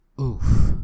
Oof